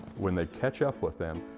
when they catch up with them,